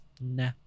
Nah